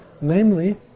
namely